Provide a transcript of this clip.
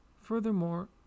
Furthermore